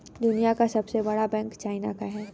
दुनिया का सबसे बड़ा बैंक चाइना का है